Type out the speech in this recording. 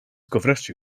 gofrestru